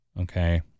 okay